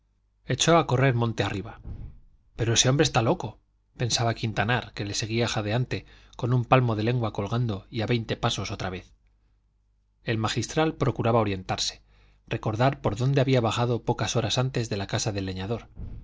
echó a correr monte arriba pero ese hombre está loco pensaba quintanar que le seguía jadeante con un palmo de lengua colgando y a veinte pasos otra vez el magistral procuraba orientarse recordar por dónde había bajado pocas horas antes de la casa del leñador